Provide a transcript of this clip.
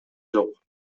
жок